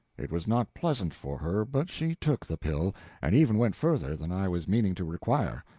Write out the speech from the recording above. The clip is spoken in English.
it was not pleasant for her, but she took the pill and even went further than i was meaning to require.